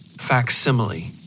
facsimile